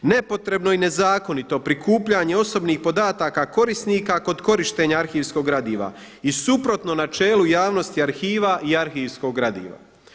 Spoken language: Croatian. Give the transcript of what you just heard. Nepotrebno i nezakonito prikupljanje osobnih podataka korisnika kod korištenja arhivskog gradiva i suprotno načelu javnosti arhiva i arhivskog gradiva.